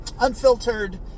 unfiltered